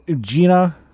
Gina